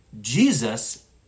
Jesus